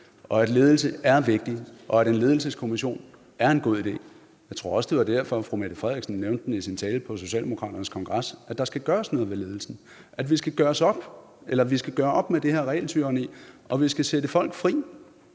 og at ledelse er vigtigt, og at en ledelseskommission er en god idé. Jeg tror også, det var derfor, fru Mette Frederiksen nævnte den i sin tale på Socialdemokratiets kongres, altså at der skal gøres noget ved ledelsen, at vi skal gøre op med det her regeltyranni og vi skal sætte folk fri.